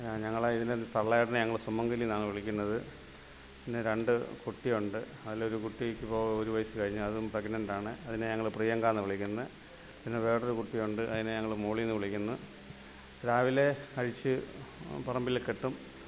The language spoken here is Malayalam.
ഞങ്ങൾ ഇതിൻ്റെ തള്ളയാടിനെ ഞങ്ങൾ സുമംഗലിയെന്നാണ് വിളിക്കുന്നത് ഇതിന് രണ്ട് കുട്ടിയുണ്ട് അതിലൊരു കുട്ടിക്കിപ്പോൾ ഒരു വയസ്സ് കഴിഞ്ഞ് അതും പ്രെഗ്നൻ്റാണ് അതിനെ ഞങ്ങൾ പ്രിയങ്കയെന്നാണ് വിളിക്കുന്നത് പിന്നെ വേറൊരു കുട്ടിയുണ്ട് അതിനെ ഞങ്ങൾ മോളിയെന്ന് വിളിക്കുന്നു രാവിലെ അഴിച്ച് പറമ്പിൽ കെട്ടും